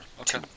Okay